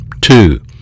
Two